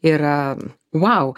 yra vau